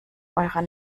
eurer